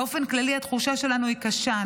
באופן כללי התחושה שלנו היא קשה,